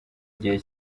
gihe